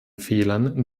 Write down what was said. fehlern